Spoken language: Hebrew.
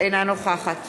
אינה נוכחת